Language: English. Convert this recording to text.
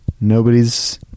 Nobody's